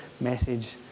message